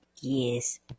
Yes